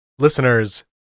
Listeners